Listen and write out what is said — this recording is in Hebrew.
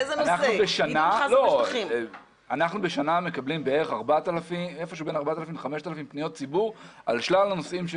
בשנה אנחנו מקבלים בין 4,000 ל-5,000 פניות ציבור בשלל הנושאים.